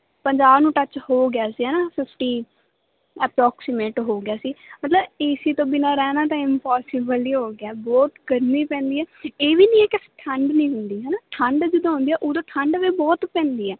ਪੰਜਾਹ ਨੂੰ ਟੱਚ ਹੋ ਗਿਆ ਸੀ ਹੈ ਨਾ ਫੀਫਟੀ ਅਪਰੋਕਸੀਮੇਟ ਹੋ ਗਿਆ ਸੀ ਮਤਲਬ ਏਸੀ ਤੋਂ ਬਿਨਾਂ ਰਹਿਣਾ ਤਾਂ ਇੰਪੋਸੀਬਲ ਹੀ ਹੋ ਗਿਆ ਬਹੁਤ ਗਰਮੀ ਪੈਂਦੀ ਹੈ ਇਹ ਵੀ ਨਹੀਂ ਇੱਕ ਠੰਡ ਨਹੀਂ ਹੁੰਦੀ ਹੈ ਨਾ ਠੰਡ ਜਦੋਂ ਆਉਂਦੀ ਆ ਉਦੋਂ ਠੰਡ ਵੀ ਬਹੁਤ ਪੈਂਦੀ ਆ